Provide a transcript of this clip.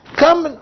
come